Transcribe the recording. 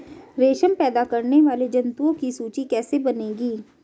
रेशम पैदा करने वाले जंतुओं की सूची कैसे बनेगी?